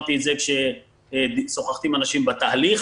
אמרתי את זה כאשר שוחחתי עם אנשים בתהליך.